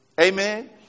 Amen